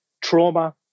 trauma